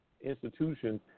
institutions